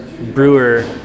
brewer